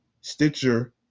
Stitcher